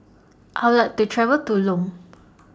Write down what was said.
I Would like to travel to Lome